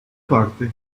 parte